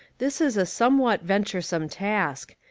this is a somewhat venturesome task,